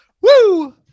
Woo